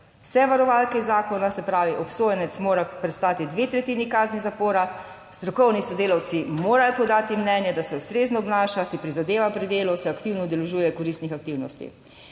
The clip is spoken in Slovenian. Vse varovalke zakona, se pravi, obsojenec mora prestati dve tretjini kazni zapora, strokovni sodelavci morajo podati mnenje, da se ustrezno obnaša, si prizadeva pri delu, se aktivno udeležuje koristnih aktivnosti.